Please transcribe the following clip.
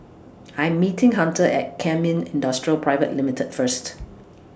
I Am meeting Hunter At Kemin Industries Private Limited First